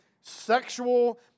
sexual